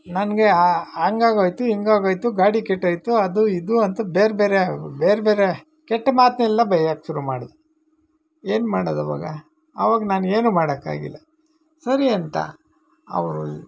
ನನಗೆ ಆ ಹಂಗಾಗೋಯ್ತು ಹಿಂಗಾಗೋಯ್ತು ಗಾಡಿ ಕೆಟ್ಟೋಯ್ತು ಅದು ಇದು ಅಂತ ಬೇರೆ ಬೇರೆ ಬೇರೆ ಬೇರೆ ಕೆಟ್ಟ ಮಾತನ್ನೆಲ್ಲ ಬಯ್ಯೋಕ್ಕೆ ಶುರು ಮಾಡಿದ ಏನು ಮಾಡೋದು ಅವಾಗ ಆವಾಗ ನಾನು ಏನೂ ಮಾಡೋಕ್ಕಾಗಿಲ್ಲ ಸರಿ ಅಂತ ಅವರು